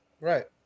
Right